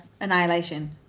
annihilation